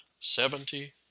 seventy